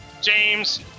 James